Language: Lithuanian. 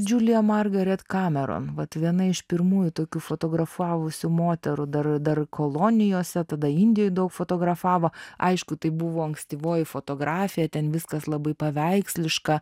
džiuliją margaret kameron vat viena iš pirmųjų tokių fotografavusių moterų dar dar kolonijose tada indijoj daug fotografavo aišku tai buvo ankstyvoji fotografija ten viskas labai paveiksliška